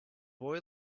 boy